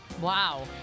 Wow